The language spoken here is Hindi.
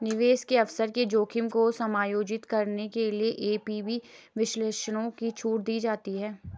निवेश के अवसर के जोखिम को समायोजित करने के लिए एन.पी.वी विश्लेषणों पर छूट दी जाती है